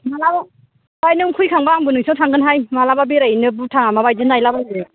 माला ओइ नों फैखांबा आंबो नोंसोरनाव थांगोन हाय मालाबा बेरायहैनो भुटाना माबायदि नायलाबायनो